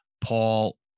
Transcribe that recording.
Paul